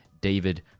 David